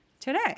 today